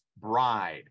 Bride